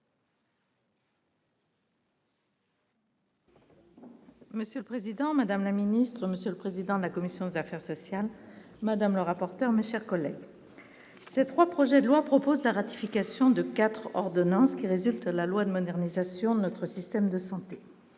Monsieur le Président, Madame la Ministre, Monsieur le Président de la commission des affaires sociales Madame le rapporteur mais, chers collègues, ces 3 projets de loi propose la ratification de 4 ordonnances qui résulte de la loi de modernisation de notre système de santé,